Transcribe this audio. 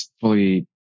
fully